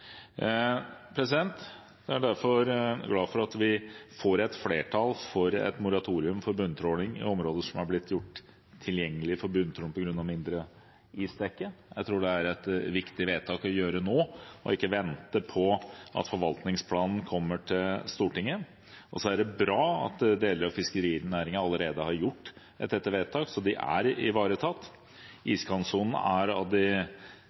Jeg er derfor glad for at vi får et flertall for et moratorium for bunntråling i områder som er blitt gjort tilgjengelige for bunntråling på grunn av mindre isdekke. Jeg tror det er et viktig vedtak å gjøre nå, og ikke vente på at forvaltningsplanen kommer til Stortinget. Det er bra at deler av fiskerinæringen allerede har gjort et viktig vedtak så det er ivaretatt. Iskantsonen er av de områdene i verden som har det